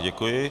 Děkuji.